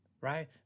right